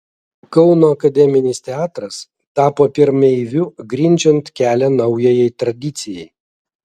kauno akademinis teatras tapo pirmeiviu grindžiant kelią naujajai tradicijai